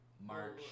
March